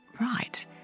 right